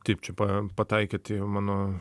taip čia pa pataikėt į mano